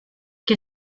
que